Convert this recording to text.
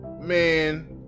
man